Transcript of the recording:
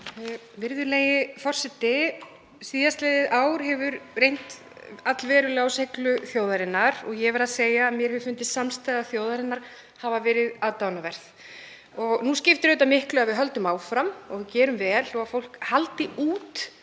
Virðulegi forseti. Síðastliðið ár hefur reynt allverulega á seiglu þjóðarinnar og ég verð að segja að mér hefur fundist samstaða þjóðarinnar hafa verið aðdáunarverð. Nú skiptir auðvitað miklu að við höldum áfram og gerum vel og að fólk haldi út